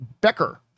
Becker